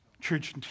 Church